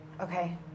Okay